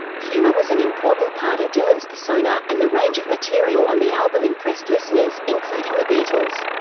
humor was an important part of dylan's persona, and the range of material on the album impressed listeners, including the beatles.